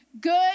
Good